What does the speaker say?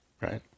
right